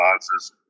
responses